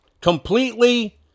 completely